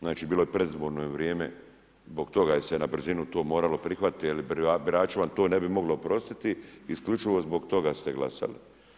Znači, bilo je predizborno vrijeme, zbog toga je se na brzinu to moralo prihvatiti jer birači vam to ne bi mogli oprostiti, isključivo zbog toga ste glasali.